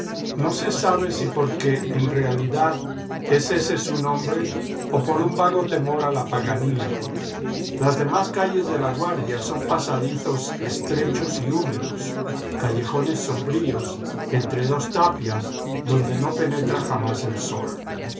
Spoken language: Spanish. no se sabe si porque en realidad es ese su nombre o por un vago temor a la paganía las demás calles de laguardia son pasadizos estrechos y húmedos callejones sombríos entre dos tapias donde no penetra jamás el sol